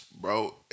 bro